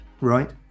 Right